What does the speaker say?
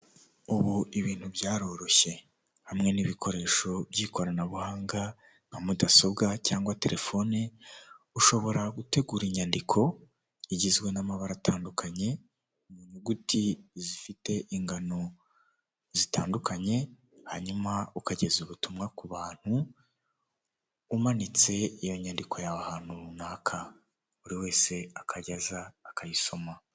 Tengamara na tiveya twongeye kubatengamaza, ishimwe kuri tiveya ryongeye gutangwa ni nyuma y'ubugenzuzi isuzuma n'ibikorwa byo kugaruza umusoro byakozwe dukomeje gusaba ibiyamu niba utariyandikisha kanda kannyeri maganainani urwego ukurikiza amabwiriza nibayandikishije zirikana fatire ya ibiyemu no kwandikisha nimero yawe ya telefone itanga n amakuru.